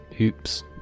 oops